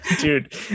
dude